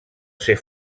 ser